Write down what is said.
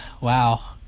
Wow